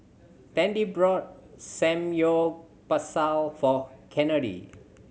Tandy bought Samgyeopsal for Kennedy